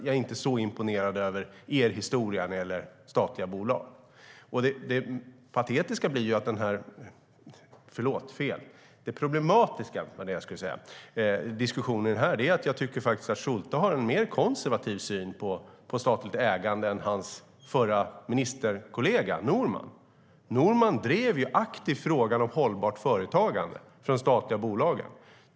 Jag är inte så imponerad över er historia när det gäller statliga bolag. Det problematiska i diskussionen här är att jag tycker att Schulte har en mer konservativ syn på statligt ägande än hans förra ministerkollega Norman. Norman drev aktivt frågan om hållbart företagande för de statliga bolagen.